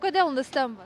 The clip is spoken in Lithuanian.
kodėl nustembat